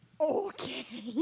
okay